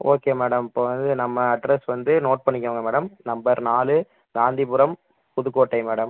okay madam இப்போ வந்து நம்ம அட்ரஸ் வந்து நோட் பண்ணிக்கோங்க மேடம் நம்பர் நாலு காந்திபுரம் புதுக்கோட்டை மேடம்